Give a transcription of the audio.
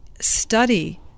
study